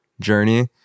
journey